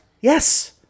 Yes